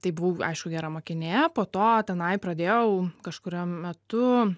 tai buvau aišku gera mokinė po to tenai pradėjau kažkuriuo metu